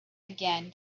again